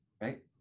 right